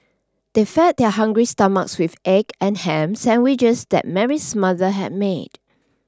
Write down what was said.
they fed their hungry stomachs with egg and ham sandwiches that Mary's mother had made